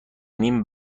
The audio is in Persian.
نیم